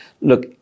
Look